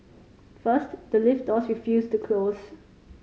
first the lift doors refused to close